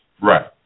Right